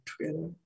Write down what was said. together